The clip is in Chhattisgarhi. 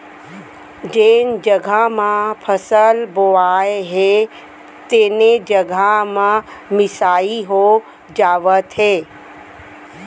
जेन जघा म फसल बोवाए हे तेने जघा म मिसाई हो जावत हे